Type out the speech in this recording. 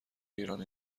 ایران